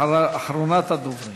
אחרונת הדוברים.